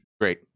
Great